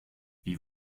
wie